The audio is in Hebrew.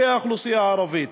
לאוכלוסייה הערבית.